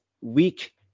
weak